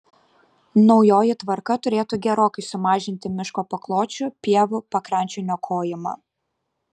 naujoji tvarka turėtų gerokai sumažinti miško pakločių pievų pakrančių niokojimą